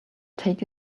take